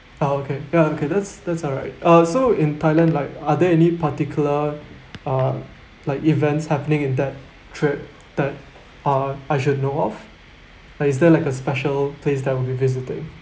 ah okay ya okay that's that's all right uh so in thailand like are there any particular uh like events happening in that trip that uh I should know of like is there like a special place that we'll be visiting